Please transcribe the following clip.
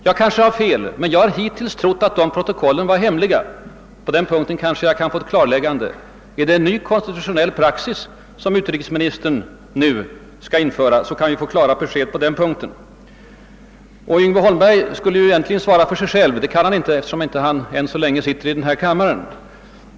Jag har kanske fel, men jag har hittills alltid trott att protokollen är hemliga. är det en ny konstitutionell praxis som utrikesministern nu söker införa, så kanske vi kan få klart besked på den punkten. Yngve Holmberg skulle egentligen svara för sig själv, men det kan han inte göra, eftersom han ännu så länge inte är ledamot av denna kammare.